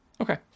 Okay